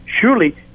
Surely